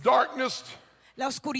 Darkness